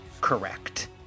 correct